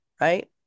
right